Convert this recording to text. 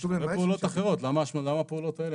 יש פעולות אחרות, למה הפעולות האלה?